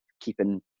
keeping